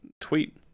tweet